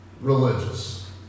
religious